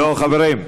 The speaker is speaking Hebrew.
לא, חברים.